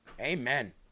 Amen